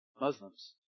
Muslims